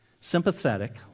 sympathetic